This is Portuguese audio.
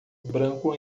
branco